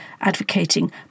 advocating